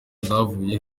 zavuye